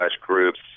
groups